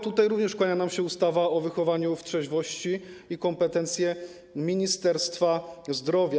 Tutaj również kłania nam się ustawa o wychowaniu w trzeźwości i kompetencje Ministerstwa Zdrowia.